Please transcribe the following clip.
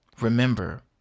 Remember